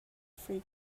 for